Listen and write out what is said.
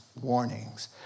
warnings